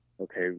okay